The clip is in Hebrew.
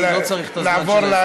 אני לא צריך את הזמן של ההסתייגויות.